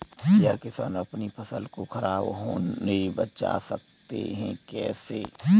क्या किसान अपनी फसल को खराब होने बचा सकते हैं कैसे?